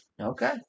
Okay